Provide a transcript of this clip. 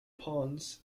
ponds